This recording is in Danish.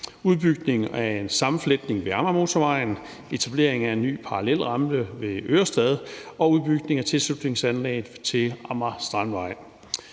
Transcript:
udbygning af en sammenfletning ved Amagermotorvejen, etablering af en ny parallelrampe ved Ørestad og udbygning af tilslutningsanlægget til Amager Strandvej.